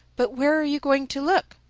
but where are you going to look?